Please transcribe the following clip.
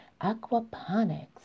Aquaponics